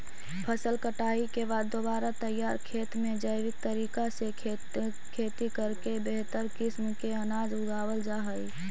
फसल कटाई के बाद दोबारा तैयार खेत में जैविक तरीका से खेती करके बेहतर किस्म के अनाज उगावल जा हइ